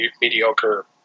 mediocre